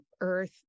Earth